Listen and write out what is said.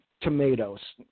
tomatoes